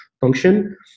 function